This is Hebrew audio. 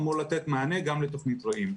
אמור לתת מענה גם לתוכנית רעים.